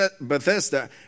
Bethesda